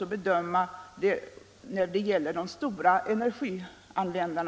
med installation av elvärme i lägenheterna.